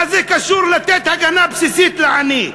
מה זה קשור למתן הגנה בסיסית לעני?